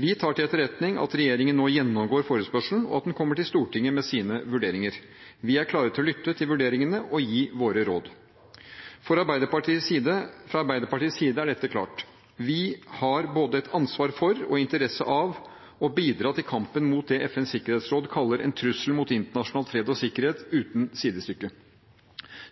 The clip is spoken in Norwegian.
Vi tar til etterretning at regjeringen nå gjennomgår forespørselen, og at den kommer til Stortinget med sine vurderinger. Vi er klare til å lytte til vurderingene og til å gi våre råd. Fra Arbeiderpartiets side er dette klart: Vi har både et ansvar for og interesse av å bidra til kampen mot det FNs sikkerhetsråd kaller en trussel mot internasjonal fred og sikkerhet uten sidestykke.